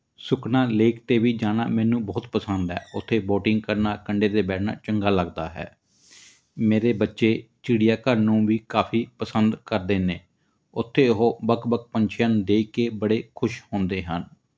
Sukhna lake 'ਤੇ ਵੀ ਜਾਣਾ ਮੈਨੂੰ ਬਹੁਤ ਪਸੰਦ ਹੈ ਉੱਥੇ ਵੋਟਿੰਗ ਕਰਨਾ ਕੰਢੇ 'ਤੇ ਬਹਿਣਾ ਚੰਗਾ ਲੱਗਦਾ ਹੈ ਮੇਰੇ ਬੱਚੇ ਚਿੜੀਆ ਘਰ ਨੂੰ ਵੀ ਕਾਫੀ ਪਸੰਦ ਕਰਦੇ ਨੇ ਉੱਥੇ ਉਹ ਵੱਖ ਵੱਖ ਪੰਛੀਆਂ ਨੂੰ ਦੇਖ ਕੇ ਬੜੇ ਖੁਸ਼ ਹੁੰਦੇ ਹਨ